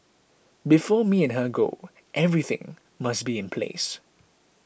before me and her go everything must be in place